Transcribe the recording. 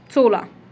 ਸੌਲਾਂ